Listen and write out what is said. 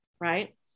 right